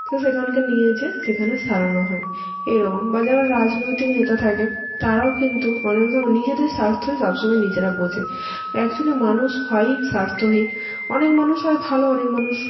তো সেখানে নিয়ে গিয়ে সেখানে সারানো হয় এই রকম বা যারা রাজনৈতিক নেতা থাকে তারাও কিন্তু অনেক ধরুন নিজেদের স্বার্থই সব সময় নিজেরা বোঝে বা অ্যাকচ্যুলি মানুষ হয়ই স্বার্থহীন অনেক মানুষ হয় ভালো অনেক মানুষ